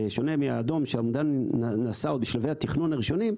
בשונה מהאדום שהאומדן נעשה עוד בשלבי התכנון הראשוניים,